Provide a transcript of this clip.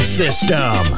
system